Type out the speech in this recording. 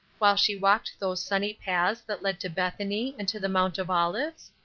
while she walked those sunny paths that led to bethany, and to the mount of olives?